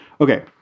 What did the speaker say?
okay